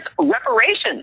reparations